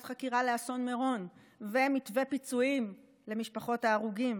חקירה לאסון מירון ומתווה פיצויים למשפחות ההרוגים.